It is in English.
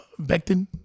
Becton